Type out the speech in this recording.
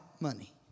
money